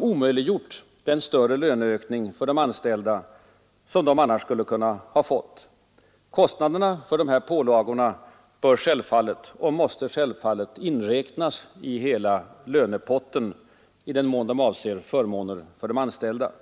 omöjliggjort den större löneökning för de anställda som de annars skulle ha kunnat få. Kostnaderna för dessa pålagor måste självfallet inräknas i hela lönepotten i den mån de avser förmåner för de anställda.